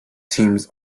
teams